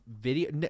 video